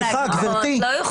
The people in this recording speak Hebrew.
סליחה גברתי --- לא,